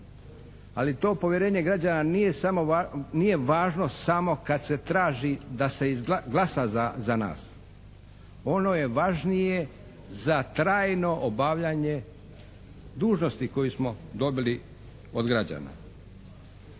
ali to povjerenje građana nije važno samo kad se traži da se glasa za nas. Ono je važnije za trajno obavljanje dužnosti koju smo dobili od građana.